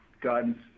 guidance